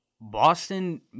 Boston